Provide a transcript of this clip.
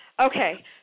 Okay